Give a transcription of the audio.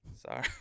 sorry